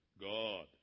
God